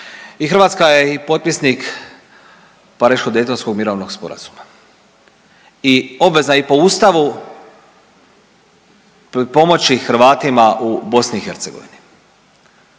Hrvatska je i potpisnik Pariškog Daytonskog mirovnog sporazuma. I obvezna je i po Ustavu pomoći Hrvatima u BiH.